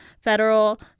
Federal